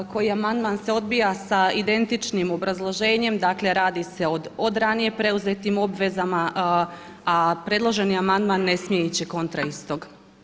Amandman se odbija sa identičnim obrazloženjem, dakle radi se o od ranije preuzetim obvezama, a predloženi amandman ne smije ići kontra istog.